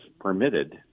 permitted